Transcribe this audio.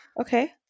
Okay